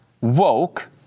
woke